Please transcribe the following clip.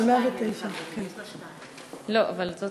אולי זו